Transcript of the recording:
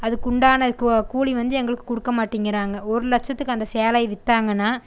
அதுக்குண்டான கோ கூலி வந்து எங்களுக்கு கொடுக்க மாட்டேங்கிறாங்க ஒரு லட்சத்துக்கு அந்த சேலையை விற்றாங்கன்னா